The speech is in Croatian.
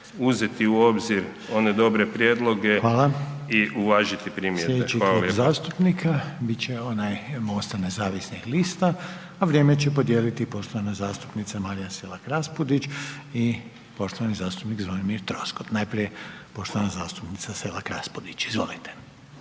uvažiti primjedbe. Hvala lijepa. **Reiner, Željko (HDZ)** Slijedeći klub zastupnika bit će onaj MOST-a nezavisnih lista, a vrijeme će podijeliti poštovana zastupnica Marija Selak Raspudić i poštovani zastupnik Zvonimir Troskot. Najprije poštovana zastupnica Selak Raspudić. Izvolite.